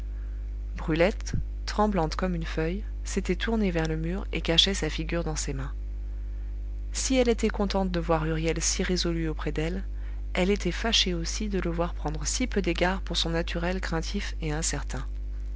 brulette tremblante comme une feuille s'était tournée vers le mur et cachait sa figure dans ses mains si elle était contente de voir huriel si résolu auprès d'elle elle était fâchée aussi de le voir prendre si peu d'égard pour son naturel craintif et incertain